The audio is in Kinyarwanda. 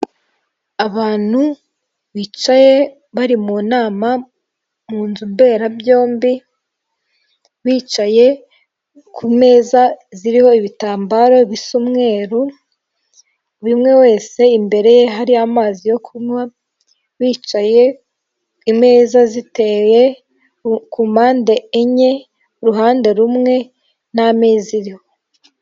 Abantu bicaye bari mu nama mu nzu mberabyombi bicaye ku meza ziriho ibitambaro bisa umweru buri umwe wese imbere ye hari amazi yo kunywa bicaye imeza ziteye ku mpande enye ku ruhande rumwe nta meza iriho.